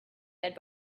had